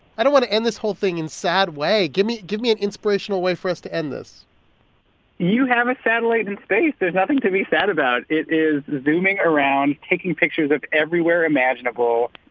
i don't want to end this whole thing in a sad way. give me give me an inspirational way for us to end this you have a satellite in space. there's nothing to be sad about. it is zooming, around taking pictures of everywhere imaginable.